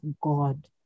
God